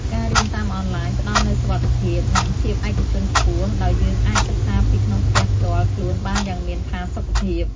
ការរៀនតាមអនឡាញផ្ដល់នូវសុវត្ថិភាព និងភាពឯកជនខ្ពស់ ដោយយើងអាចសិក្សាពីក្នុងផ្ទះផ្ទាល់ខ្លួនបានយ៉ាងមានផាសុកភាព។